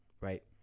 right